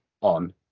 on